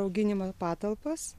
auginimui patalpas